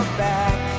back